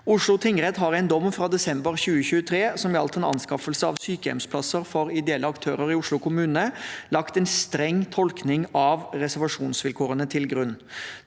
EFTA-domstolen. I en dom fra desember 2023, som gjaldt en anskaffelse av sykehjemsplasser for ideelle aktører i Oslo kommune, har Oslo tingrett lagt en streng tolkning av reservasjonsvilkårene til grunn.